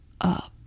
up